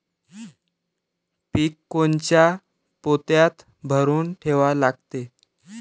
पीक कोनच्या पोत्यात भरून ठेवा लागते?